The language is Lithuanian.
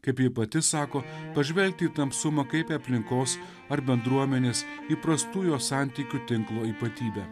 kaip ji pati sako pažvelgti į tamsumą kaip aplinkos ar bendruomenės įprastų jo santykių tinklo ypatybė